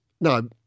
No